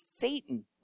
Satan